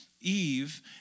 Eve